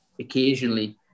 occasionally